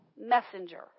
messenger